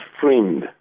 friend